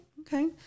okay